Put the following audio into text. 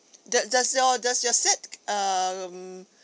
does does your does your set um